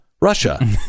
Russia